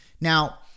now